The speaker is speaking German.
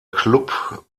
club